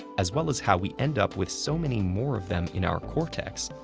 as well as how we end up with so many more of them in our cortex,